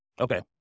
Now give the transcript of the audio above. Okay